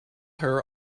her